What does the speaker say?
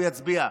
הוא יצביע,